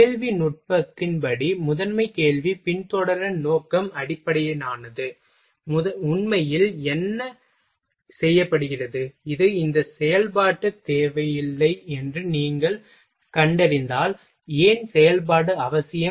கேள்வி நுட்பத்தின்படி முதன்மை கேள்வி பின்தொடர் நோக்கம் அடிப்படையிலானது உண்மையில் என்ன செய்யப்படுகிறது இந்த செயல்பாடு தேவையில்லை என்று நீங்கள் கண்டறிந்தால் ஏன் செயல்பாடு அவசியம்